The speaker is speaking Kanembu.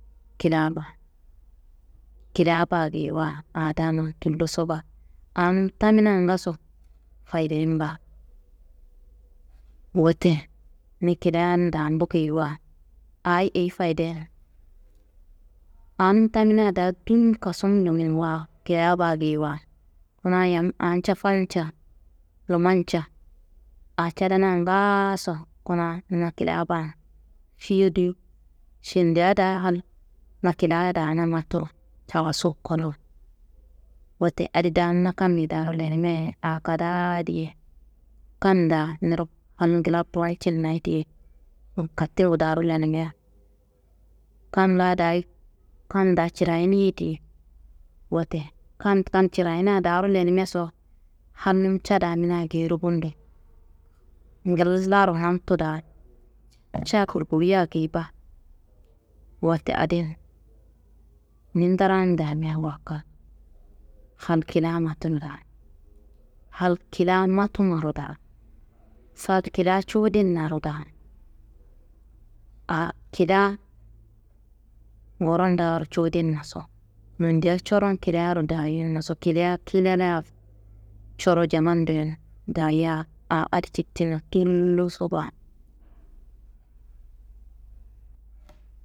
Kila ba, kila ba geyiwa a danum tulloso ba anum tamina ngaso fayiden ba. Wette ni kilan dambu geyiwa ayi eyi fayiden. Anum tamina da dunum kasunuminwa kila ba geyiwa. Kuna yam anca fanca, lumanca a cadana ngaaso kuna na kila ba fiyo duyo šendia da hal na kila dana matu jawasu kolowo. Wette adi dan na kammiyero da lenimia ye a kadaa diye, kamnda niro hal ngla bowoncinna ye geyi. Ninkatingu daro lenima kam laayi dayi kam da cirayiniye diye. Wette kam kam cirayina daro lenimaso hal ca damina geyiro bundo ngillaro namtu da ca burkoyiya geyi ba. Wette adin ni ndaran damiawa kal hal kila mantun da, hal kila matumaro da, sa kila cuwudinnaro da, a kila ngurondaro cuwudinnaso, nondia coron kilaro dayonnaso, kila kilela coro jamandoyen daya a adi citinna tulloso ba.